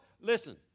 listen